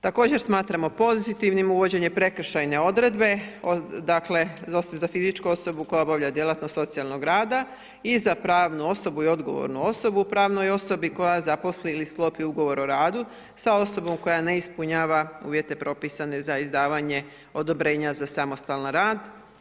Također smatramo pozitivnim uvođenje prekršajne odredbe, za fizičku osobu, koja obavlja djelatnost socijalnog rada i za pravnu osobu i odgovornu osobu u pravnoj osobi, koja zaposli ili sklopi ugovor o radu sa osobom koja ne ispunjava uvjete pripisane za izdavanje odobrenja za samostalan rad.